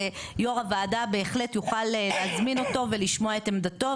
יו"ר הוועדה בהחלט יוכל להזמין אותו ולשמוע את עמדתו,